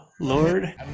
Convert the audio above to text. Lord